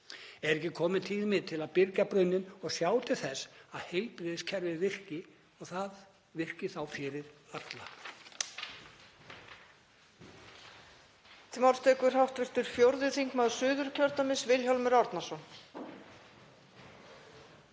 Er ekki kominn tími til að byrgja brunninn og sjá til þess að heilbrigðiskerfið virki og það virki þá fyrir alla?